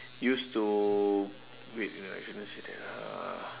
used to wait wait I cannot say that ah